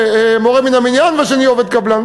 מורה מן המניין והשני יהיה עובד קבלן.